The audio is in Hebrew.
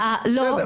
לא.